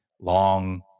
long